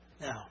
Now